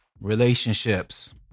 Relationships